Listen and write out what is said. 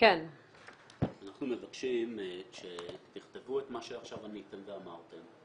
אנחנו מבקשים שתכתבו את מה שעכשיו עניתם ואמרתם.